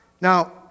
Now